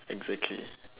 exactly